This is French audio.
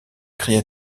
cria